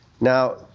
Now